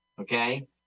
okay